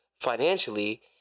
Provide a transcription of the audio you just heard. financially